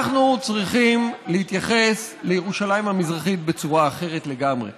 אנחנו צריכים להתייחס לירושלים המזרחית בצורה אחרת לגמרי.